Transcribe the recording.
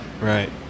right